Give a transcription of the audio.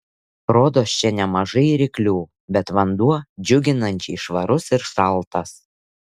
rodos čia nemažai ryklių bet vanduo džiuginančiai švarus ir šaltas